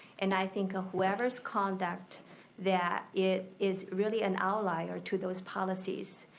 and i think of whoever's conduct that it is really an outlier to those policies.